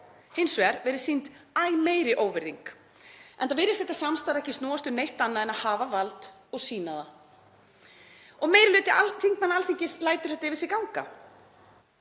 hins vegar verið sýnd æ meiri óvirðing, enda virðist þetta samstarf ekki snúast um neitt annað en að hafa vald og sýna það. Meiri hluti þingmanna Alþingis lætur þetta yfir sig ganga.